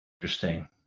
Interesting